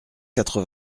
quatre